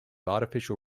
artificial